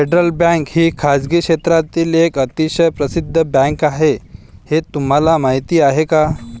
Federal Bank ही खासगी क्षेत्रातील एक अतिशय प्रसिद्ध बँक आहे हे तुम्हाला माहीत आहे का?